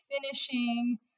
finishing